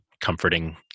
comforting